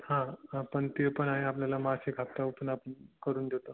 हां हां पण ते पण आहे आपल्याला मासिक हप्ता ओपन आपण करून देतो